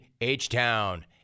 H-Town